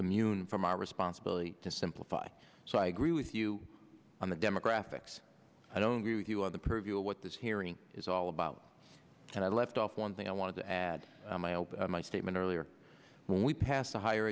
unique from our responsibility to simplify so i agree with you on the demographics i don't agree with you on the preview of what this hearing is all about and i left off one thing i wanted to add my hope my statement earlier when we passed the higher